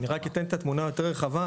אני רק אתן את התמונה היותר רחבה,